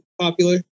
popular